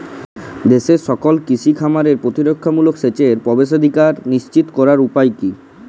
দেশের সকল কৃষি খামারে প্রতিরক্ষামূলক সেচের প্রবেশাধিকার নিশ্চিত করার উপায় কি?